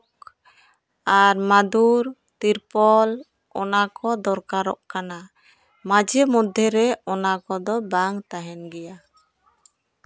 ᱟᱨ ᱢᱟᱫᱩᱨ ᱛᱤᱨᱯᱚᱞ ᱚᱱᱟ ᱠᱚ ᱫᱚᱨᱠᱟᱨᱚᱜ ᱠᱟᱱᱟ ᱢᱟᱡᱷᱮ ᱢᱚᱫᱽᱫᱷᱮ ᱨᱮ ᱚᱱᱟ ᱠᱚᱫᱚ ᱵᱟᱝ ᱛᱟᱦᱮᱱ ᱜᱮᱭᱟ